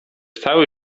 cały